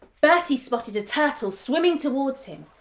bertie spotted a turtle swimming towards him.